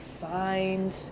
find